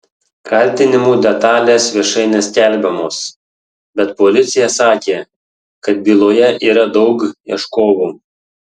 kaltinimų detalės viešai neskelbiamos bet policija sakė kad byloje yra daug ieškovų